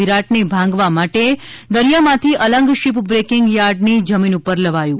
વિરાટને ભાંગવાં માટે દરિયા માંથી અલંગ શીપ બ્રકિંગ યાર્ડની જમીન ઉપર લવાયું